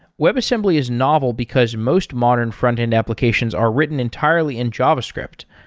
webassembly is novel, because most modern front-end applications are written entirely in javascript.